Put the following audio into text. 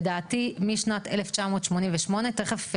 לדעתי משנת 1988. תכף,